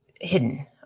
hidden